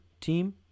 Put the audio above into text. team